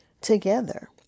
together